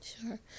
Sure